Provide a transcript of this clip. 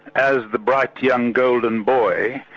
as the bright young golden boy.